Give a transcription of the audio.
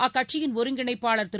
அக்கட்சியின் ஒருங்கிணைப்பாளர் திரு